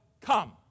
come